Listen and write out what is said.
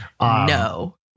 no